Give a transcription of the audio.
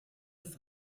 ist